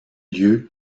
lieu